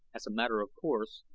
as a matter of course,